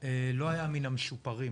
לא היה מן המשופרים,